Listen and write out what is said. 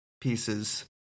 pieces